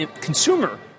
consumer